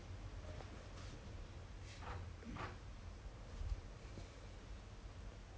I don't know leh so he was saying that he he he has no lack of option so basically now the thing is